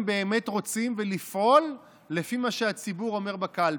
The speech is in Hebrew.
באמת רוצים ולפעול לפי מה שהציבור אומר בקלפי.